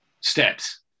steps